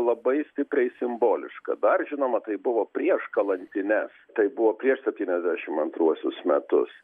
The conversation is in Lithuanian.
labai stipriai simboliška dar žinoma tai buvo prieš kalantines tai buvo prieš septyniasdešimt antruosius metus